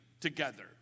together